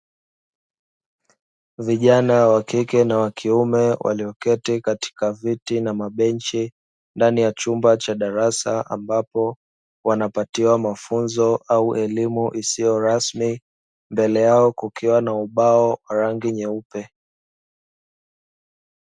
Vijana wakiume na wakike walioketi katika viti na mabenchi ndani ya chumba cha darasa ambapo wanapatiwa mafunzo au elimu isiyo rasmi mbele yao kukiwa na ubao wa rangi nyeupe.